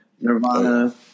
Nirvana